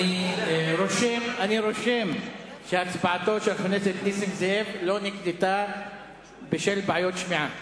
אני רושם שהצבעתו של חבר הכנסת נסים זאב לא נקלטה בשל בעיות שמיעה.